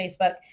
Facebook